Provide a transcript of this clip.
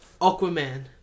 Aquaman